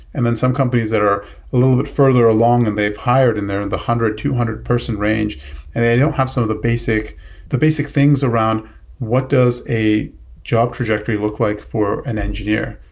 and then some companies that are a little bit further along than they've hired and they're in the hundred, two hundred person range and they don't have some of the basic the basic things around what does a job trajectory look like for an engineer.